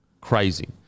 Crazy